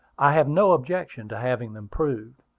i have no objection to having them proved.